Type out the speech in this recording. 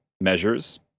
measures